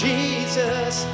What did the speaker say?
Jesus